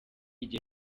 igihe